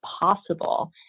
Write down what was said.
possible